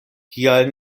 kial